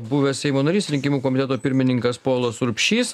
buvęs seimo narys rinkimų komiteto pirmininkas povilas urbšys